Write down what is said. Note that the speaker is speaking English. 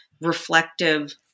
reflective